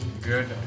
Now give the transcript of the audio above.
good